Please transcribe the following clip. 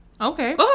Okay